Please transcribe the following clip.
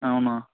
అవునా